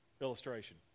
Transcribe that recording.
illustration